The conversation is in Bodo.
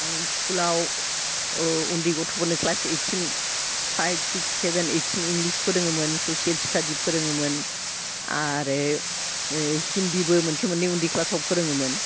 आं स्कुलाव उन्दै गथ'फोरनो क्लास ऐडसिम फाइभ सिक्स सेभेन ऐडसिम इंलिस फोरोङोमोन ससियेल स्टाडि फोरोङोमोन आरो हिन्दीबो मोनसे मोननै उन्दै क्लासाव फोरोङोमोन